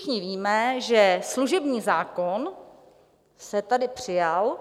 Všichni víme, že služební zákon se tady přijal